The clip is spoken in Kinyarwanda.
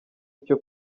icyo